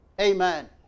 Amen